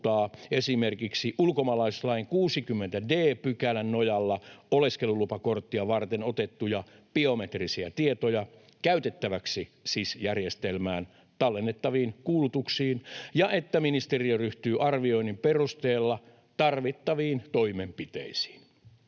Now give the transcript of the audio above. esimerkiksi ulkomaalaislain 60 d §:n nojalla oleskelulupakorttia varten otettuja biometrisiä tietoja käytettäväksi SIS-järjestelmään tallennettaviin kuulutuksiin, ja että ministeriö ryhtyy arvioinnin perusteella tarvittaviin toimenpiteisiin.